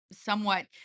somewhat